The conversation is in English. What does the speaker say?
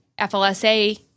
FLSA